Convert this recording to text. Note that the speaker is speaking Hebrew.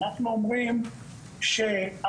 אנחנו אומרים שא',